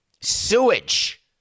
sewage